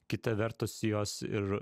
kita vertus jos ir